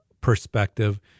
perspective